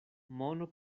mono